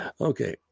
Okay